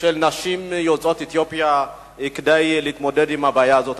של נשים יוצאות אתיופיה כדי להתמודד עם הבעיה הזאת.